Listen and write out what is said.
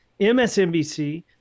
MSNBC